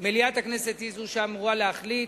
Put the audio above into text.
מליאת הכנסת היא זו שאמורה להחליט.